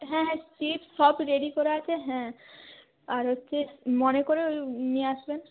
হ্যাঁ সিট সব রেডি করা আছে হ্যাঁ আর হচ্ছে মনে করে নিয়ে আসবেন